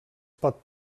pot